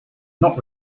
not